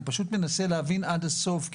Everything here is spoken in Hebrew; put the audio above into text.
אני פשוט מנסה להבין עד הסוף.